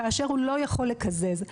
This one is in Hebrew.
כאשר הוא לא יכול לקזז.